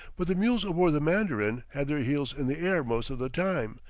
but the mules aboard the mandarin had their heels in the air most of the time,